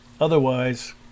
Otherwise